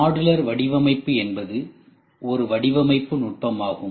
modular வடிவமைப்பு என்பது ஒரு வடிவமைப்பு நுட்பமாகும்